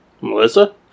Melissa